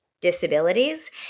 disabilities